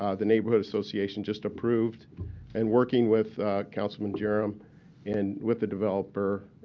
ah the neighborhood association just approved and working with councilman jerram and with the developer,